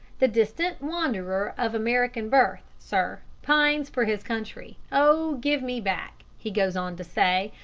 the distant wanderer of american birth, sir, pines for his country. oh, give me back he goes on to say,